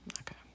okay